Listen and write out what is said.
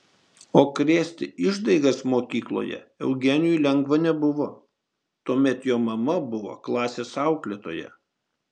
o krėsti išdaigas mokykloje eugenijui lengva nebuvo tuomet jo mama buvo klasės auklėtoja